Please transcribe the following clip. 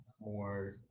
more